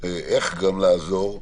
איך לעזור.